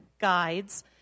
guides